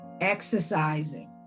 exercising